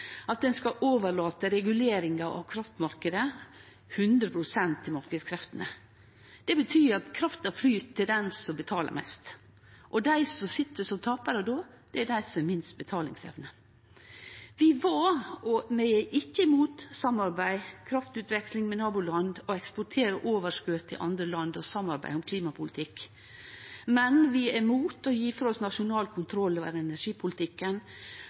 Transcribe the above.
at ein skal overlate reguleringa av kraftmarknaden 100 pst. til marknadskreftene. Det betyr at krafta flyt til den som betalar mest, og dei som sit som taparar då, er dei som har minst betalingsevne. Vi var ikkje – og er ikkje – imot samarbeid, kraftutveksling med naboland og å eksportere overskot til andre land og samarbeide om klimapolitikk, men vi er imot å gje frå oss nasjonal kontroll over energipolitikken